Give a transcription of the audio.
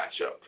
matchup